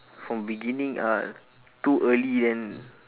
from beginning uh too early then